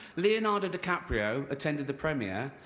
leonardo dicaprio attended the premier,